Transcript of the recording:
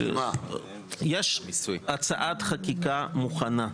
יש הצעת חקיקה מוכנה.